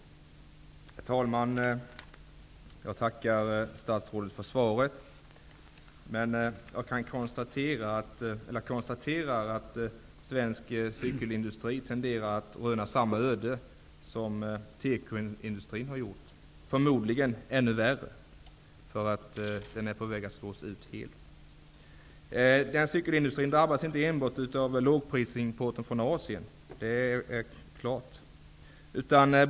Herr talman! Jag tackar statsrådet för svaret. Jag konstaterar att svensk cykelindustri tenderar att röna samma öde som tekoindustrin. Förmodligen blir cykelindustrins öde ännu värre -- den är nämligen på väg att slås ut helt. Cykelindustrin drabbas inte enbart av lågprisimporten från Asien. Det står klart.